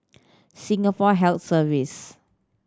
Singapore Health Service